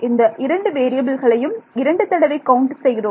இந்த இரண்டு வேறியபில்களையும் இரண்டு தடவை கவுண்ட் செய்கிறோம்